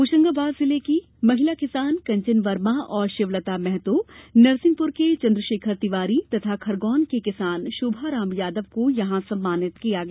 होशंगाबाद जिले की महिला किसान कंचन वर्मा और शिवलता मेहतो नरसिंहपुर के चंद्रशेखर तिवारी तथा खरगोन के किसान शोभाराम यादव को यहां सम्मानित किया गया